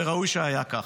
וראוי שהיה כך.